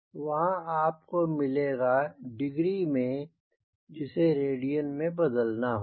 वहां आपको मिलेगा डिग्री में जिसे रेडियन में बदलना होगा